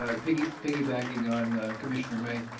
ah piggybacking piggybacking on commissioner may,